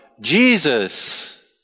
Jesus